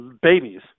babies